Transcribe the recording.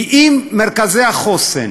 כי אם מרכזי החוסן